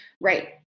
Right